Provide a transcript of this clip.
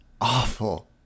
awful